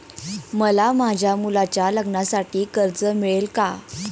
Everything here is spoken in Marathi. मला माझ्या मुलाच्या लग्नासाठी कर्ज मिळेल का?